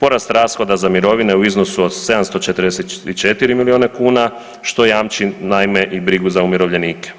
porast rashoda za mirovine u iznosu od 744 milijuna kuna, što jamči naime i brigu za umirovljenike.